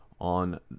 on